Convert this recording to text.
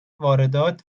واردات